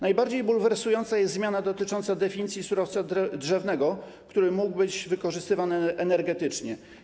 Najbardziej bulwersująca jest zmiana dotycząca definicji surowca drzewnego, który mógł być wykorzystywany energetycznie.